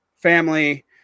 family